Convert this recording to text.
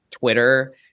Twitter